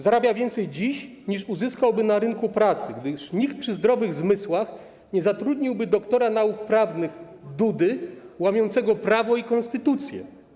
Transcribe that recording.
Zarabia więcej dziś, niż uzyskałby na rynku pracy, gdyż nikt przy zdrowych zmysłach nie zatrudniłby doktora nauk prawnych Dudy łamiącego prawo i konstytucję.